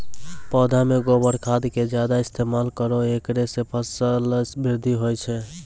पौधा मे गोबर खाद के ज्यादा इस्तेमाल करौ ऐकरा से फसल बृद्धि होय छै?